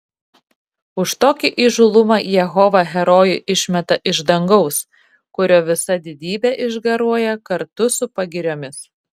už tokį įžūlumą jehova herojų išmeta iš dangaus kurio visa didybė išgaruoja kartu su pagiriomis